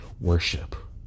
worship